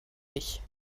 ich